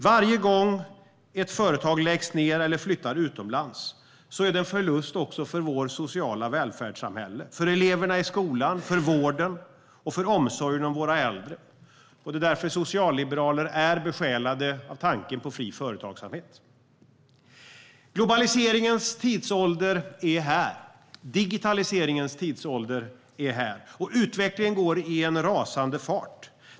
Varje gång ett företag läggs ned eller flyttar utomlands är det en förlust också för vårt sociala välfärdssamhälle, för eleverna i skolan, för vården och för omsorgen om våra äldre. Det är därför som socialliberaler är besjälade av tanken på fri företagsamhet. Globaliseringens tidsålder är här. Digitaliseringens tidsålder är här. Utvecklingen går i en rasande fart.